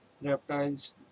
reptiles